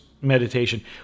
meditation